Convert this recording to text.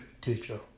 teacher